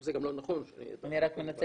זה גם לא נכון שאני --- אני רק מנצלת